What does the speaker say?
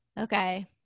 okay